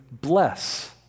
bless